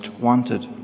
wanted